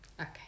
Okay